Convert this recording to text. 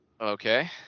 Okay